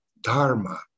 Dharma